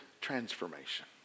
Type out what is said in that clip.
transformation